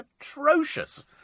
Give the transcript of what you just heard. atrocious